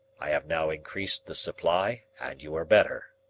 i have now increased the supply and you are better.